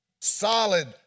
solid